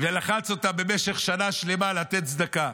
ולחץ אותם במשך שנה שלמה לתת צדקה.